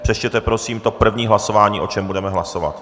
Přečtěte prosím to první hlasování, o čem budeme hlasovat.